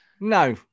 No